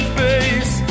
face